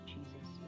Jesus